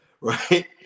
right